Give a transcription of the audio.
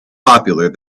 popular